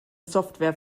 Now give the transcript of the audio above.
software